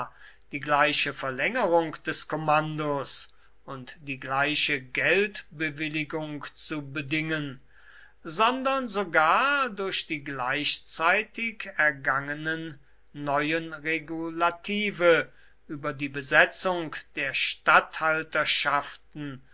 die gleiche verlängerung des kommandos und die gleiche geldbewilligung zu bedingen sondern sogar durch die gleichzeitig ergangenen neuen regulative über die besetzung der